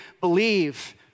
believe